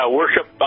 worship